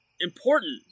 important